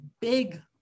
big